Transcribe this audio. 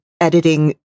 editing